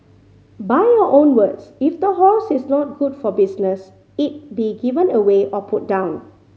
by your own words if the horse is not good for business it be given away or put down